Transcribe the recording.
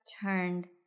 turned